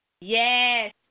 Yes